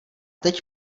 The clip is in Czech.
teď